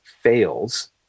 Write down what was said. fails